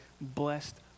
blessed